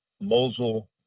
Mosul